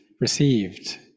received